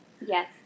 Yes